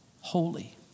holy